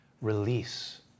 release